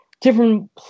different